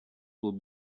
will